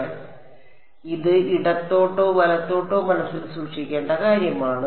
അതിനാൽ ഇത് ഇടത്തോട്ടോ വലത്തോട്ടോ മനസ്സിൽ സൂക്ഷിക്കേണ്ട കാര്യമാണ്